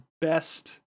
best